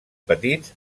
petits